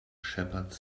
shepherds